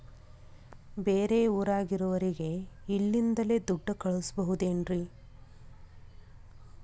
ಬೇರೆ ಊರಾಗಿರೋರಿಗೆ ಇಲ್ಲಿಂದಲೇ ದುಡ್ಡು ಕಳಿಸ್ಬೋದೇನ್ರಿ?